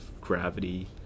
gravity